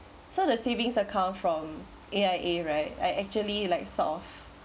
so the savings account from A_I_A right I actually like sort of